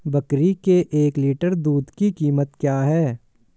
बकरी के एक लीटर दूध की कीमत क्या है?